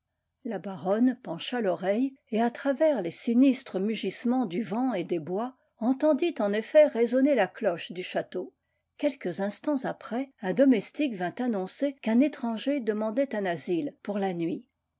la baronne pencha l'oreille et à travers les sinistres mugissements du vent et des bois entendit en effet résonner la cloche du château quelques instants après un domestique vint annoncer qu'un étranger demandait un asile pour la nuit